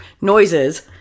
noises